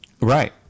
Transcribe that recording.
right